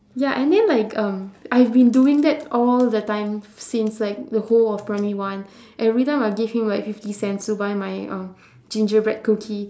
ya and then like um I've been doing that all the time since like the whole of primary one every time I give him like fifty cents to buy my um gingerbread cookie